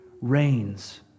reigns